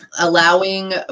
allowing